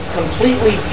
completely